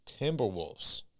Timberwolves